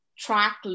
track